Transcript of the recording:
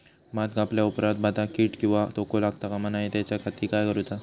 भात कापल्या ऑप्रात भाताक कीड किंवा तोको लगता काम नाय त्याच्या खाती काय करुचा?